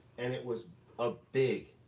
and it was a big,